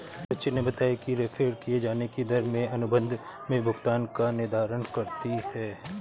सचिन ने बताया कि रेफेर किये जाने की दर में अनुबंध में भुगतान का निर्धारण करती है